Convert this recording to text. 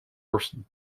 bursting